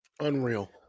Unreal